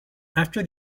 after